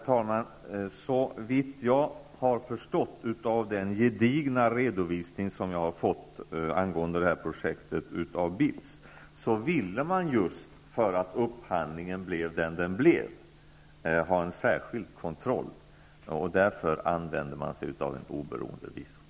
Herr talman! Av den gedigna redovisning att döma som jag har fått av BITS angående det här projektet ville man, just för att upphandlingen blev som den blev, ha en särskild kontroll. Därför använde man sig av en oberoende revisor.